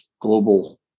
global